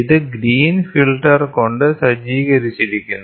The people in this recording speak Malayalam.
ഇത് ഗ്രീൻ ഫിൽട്ടർ കൊണ്ട് സജ്ജീകരിച്ചിരിക്കുന്നു